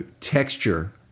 texture